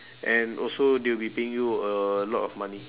and also they'll be paying you a lot of money